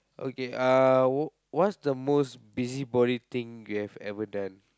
okay uh what's the most busybody thing you have ever done